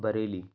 Bareilly